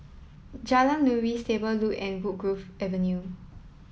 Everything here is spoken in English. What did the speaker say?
Jalan Nuri Stable Loop and Woodgrove Avenue